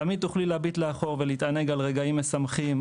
תמיד תוכלי להביט לאחור ולהתענג על רגעים משמחים,